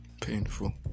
Painful